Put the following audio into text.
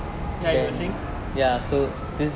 ya you were saying